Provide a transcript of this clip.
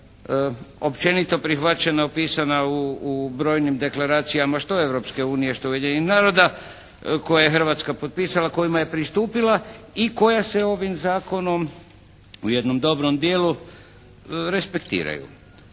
općenito prihvaćena i opisana u brojnim deklaracijama što Europske unije što Ujedinjenih naroda koje je Hrvatska potpisala kojima je pristupila i koja se ovim zakonom u jednom dobrom dijelu respektiraju.